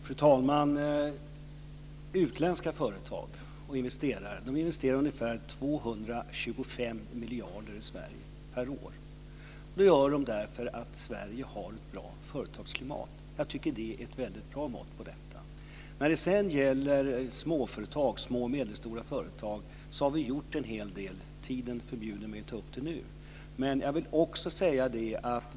Fru talman! Utländska företag och investerare investerar ungefär 225 miljarder i Sverige per år. Det gör de därför att Sverige har ett bra företagsklimat. Jag tycker att det är ett väldigt bra mått på detta. Vi har gjort en hel del för små och medelstora företag. Tiden förbjuder mig att ta upp det nu.